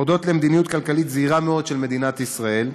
הודות למדיניות כלכלית זהירה מאוד של מדינת ישראל,